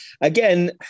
Again